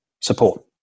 support